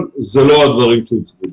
אבל אלה לא הדברים שהוצגו.